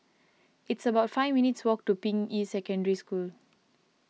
it's about five minutes' walk to Ping Yi Secondary School